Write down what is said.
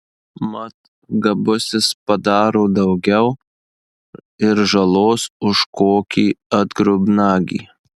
mat gabusis padaro daugiau ir žalos už kokį atgrubnagį